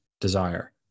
desire